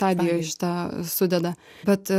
stadijoj šitą sudeda bet